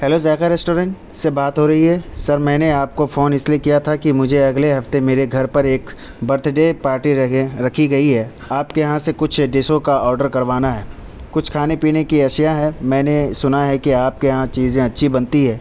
hello Zaiqa restaurant سے بات ہورہی ہے سر میں نے آپ کو فون اس لیے کیا تھا کہ مجھے اگلے ہفتے میرے گھر پر ایک برتھ ڈے پارٹی رہیگ رکھی گئی ہے آپ کے یہاں سے کچھ ڈشوں کا آڈر کروانا ہے کچھ کھانے پینے کہ اشیا ہے میں نے سنا ہے کہ آپ کے یہاں چیزیں اچھی بنتی ہے